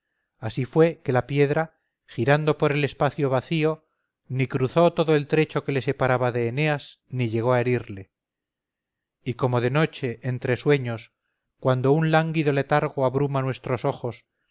así fue que la piedra girando por el espacio vacío ni cruzó todo el trecho que le separaba de eneas ni llegó a herirle y como de noche entre sueños cuando un lánguido letargo abruma nuestros ojos